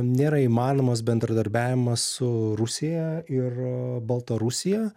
nėra įmanomas bendradarbiavimas su rusija ir baltarusija